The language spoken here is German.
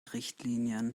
richtlinien